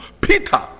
Peter